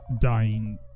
dying